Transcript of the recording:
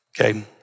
Okay